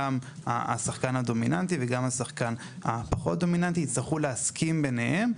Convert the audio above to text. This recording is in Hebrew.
גם השחקן הדומיננטי וגם השחקן הפחות דומיננטי יצטרכו להסכים ביניהם.